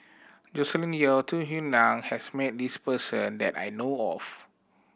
Joscelin Yeo Tung Yue Nang has met this person that I know of